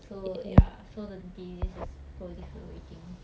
so ya so the disease is proliferating